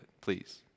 please